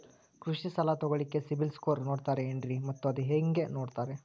ಕೃಷಿ ಸಾಲ ತಗೋಳಿಕ್ಕೆ ಸಿಬಿಲ್ ಸ್ಕೋರ್ ನೋಡ್ತಾರೆ ಏನ್ರಿ ಮತ್ತ ಅದು ಹೆಂಗೆ ನೋಡ್ತಾರೇ?